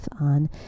on